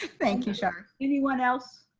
thank you charlene. anyone else?